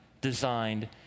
designed